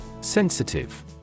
Sensitive